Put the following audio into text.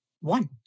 One